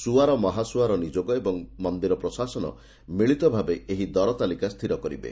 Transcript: ସ୍ଆର ମହାସ୍ଆର ନିଯୋଗ ଏବଂ ମନ୍ଦିର ପ୍ରଶାସନ ମିଳିତ ଭାବେ ଏହି ଦର ତାଲିକା ସ୍ଥିରକରିବେ